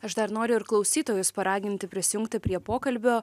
aš dar noriu ir klausytojus paraginti prisijungti prie pokalbio